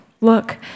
Look